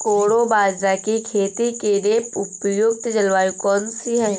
कोडो बाजरा की खेती के लिए उपयुक्त जलवायु कौन सी है?